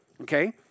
okay